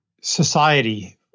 society